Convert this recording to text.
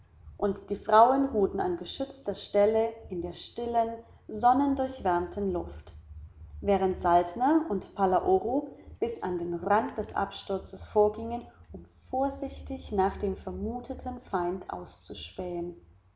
und die frauen ruhten an geschützter stelle in der stillen sonnendurchwärmten luft während saltner und palaoro bis an den rand des absturzes vorgingen um vorsichtig nach dem vermuteten feind auszuspähen